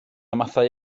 mathau